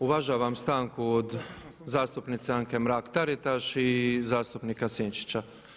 Uvažavam stanku od zastupnice Anke Mrak-Taritaš i zastupnika Sinčića.